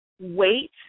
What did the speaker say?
wait